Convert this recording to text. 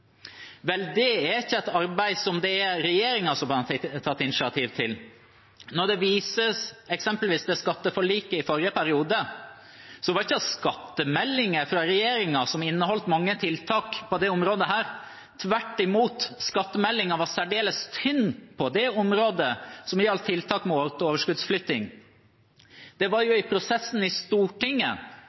tatt initiativ til. Når det eksempelvis vises til skatteforliket i forrige periode, var det ikke skattemeldingen fra regjeringen som inneholdt mange tiltak på dette området – tvert imot. Skattemeldingen var særdeles tynn på det som gjaldt tiltak mot overskuddsflytting. Det var jo i prosessen i Stortinget